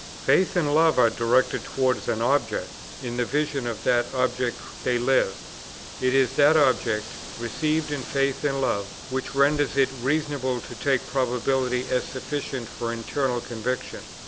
faith and love are directed towards an object in the vision of that object they live it is that object, received in faith and love, which renders it reasonable to take probability as sufficient for internal conviction.